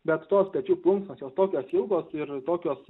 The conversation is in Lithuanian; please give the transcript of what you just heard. bet tos pečių plunksnos jos tokios ilgos ir tokios